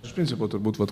iš principo turbūt vat